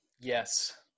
yes